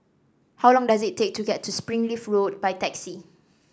How long does it take to get to Springleaf Road by taxi